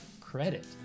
credit